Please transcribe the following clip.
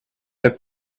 had